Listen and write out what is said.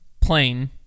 plane